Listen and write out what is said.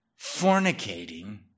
fornicating